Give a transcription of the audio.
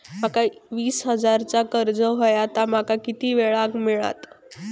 माका वीस हजार चा कर्ज हव्या ता माका किती वेळा क मिळात?